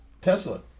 Tesla